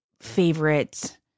favorite